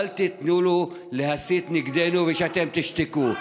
אל תיתנו לו להסית נגדנו ושאתם תשתקו.